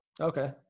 okay